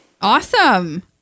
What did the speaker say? Awesome